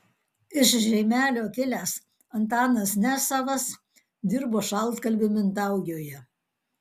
iš žeimelio kilęs antanas nesavas dirbo šaltkalviu mintaujoje